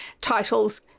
titles